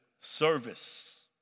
service